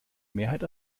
mehrheit